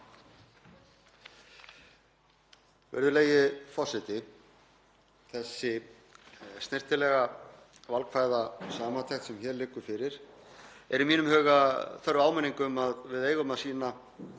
Virðulegi forseti. Þessi snyrtilega valkvæða samantekt sem hér liggur fyrir er í mínum huga þörf áminning um að við eigum að sýna